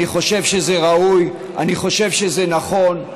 אני חושב שזה ראוי, אני חושב שזה נכון.